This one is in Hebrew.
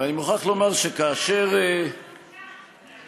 ואני מוכרח לומר שכאשר, סליחה?